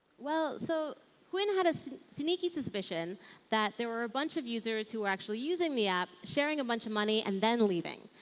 well, so quinn had a sneaky suspicion that there were a bunch of users who are actually using the app, sharing a bunch of money, and then leaving.